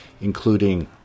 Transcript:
including